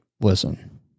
listen